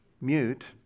mute